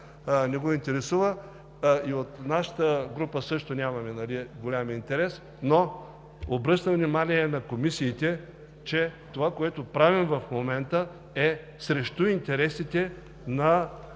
не го интересува, и от нашата група също нямаме голям интерес, но обръщам внимание на комисиите, че това, което правим в момента, е срещу интересите на